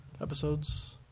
episodes